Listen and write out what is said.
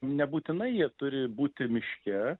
nebūtinai jie turi būti miške